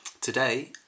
Today